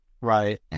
Right